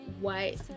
white